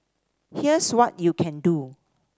here's what you can do